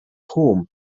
home